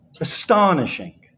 astonishing